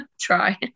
try